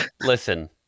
listen